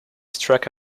struck